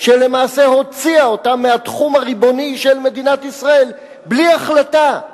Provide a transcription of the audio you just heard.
שלמעשה הוציאה אותן מהתחום הריבוני של מדינת ישראל בלי החלטה,